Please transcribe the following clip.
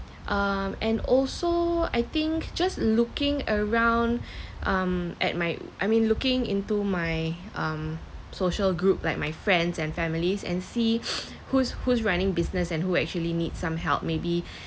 um and also I think just looking around um at my I mean looking into my um social group like my friends and families and see who's who's running business and who actually need some help maybe